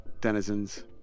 denizens